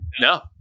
No